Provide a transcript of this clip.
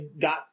got